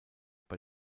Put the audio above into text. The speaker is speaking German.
bei